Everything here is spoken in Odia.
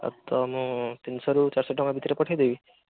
ତ ମୁଁ ତିନିଶହରୁ ଚାରିଶହଟଙ୍କା ଭିତରେ ପଠେଇ ଦେବି